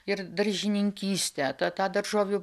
ir daržininkystę tą tą daržovių